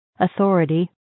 Authority